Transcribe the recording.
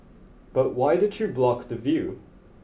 but why did you block the view